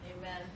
Amen